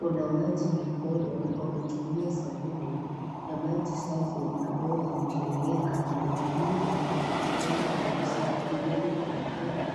Unawaji mikono kwa kutumia sabuni na maji safi ambayo yanatiririka ni muhimu kwa kupigana na virusi vinavyoonekana